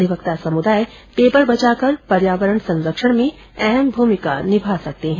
अधिवक्ता समुदाय पेपर बचाकर पर्यावरण संरक्षण में अहम भूमिका निभा सकते हैं